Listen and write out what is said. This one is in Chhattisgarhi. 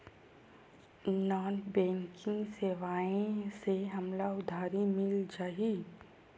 नॉन बैंकिंग सेवाएं से हमला उधारी मिल जाहि?